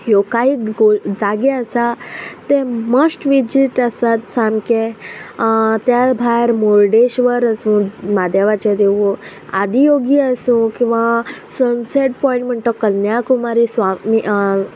ह्यो कांय जागे आसा ते मस्ट विजीट आसात सामके त्या भायर मुर्डेश्वर आसूं म्हादेवाचें देवूळ आदियोगी आसूं किंवां सनसेट पॉयंट म्हणटो कन्याकुमारी स्वामी